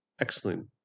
excellent